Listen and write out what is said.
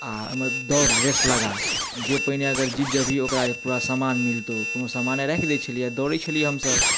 आओर दौड़ रेस लगा जे पहिने अगर जीत जेबही ओकरा पूरा सामान मिलतौ कोनो सामाने राखि दै छलिए दौड़ै छलिए हमसब